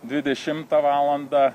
dvidešimtą valandą